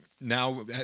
now